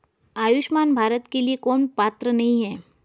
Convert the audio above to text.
आयुष्मान भारत के लिए कौन पात्र नहीं है?